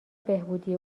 بهبودی